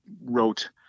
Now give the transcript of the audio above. wrote